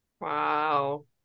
Wow